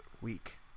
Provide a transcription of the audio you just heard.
week